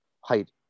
height